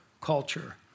culture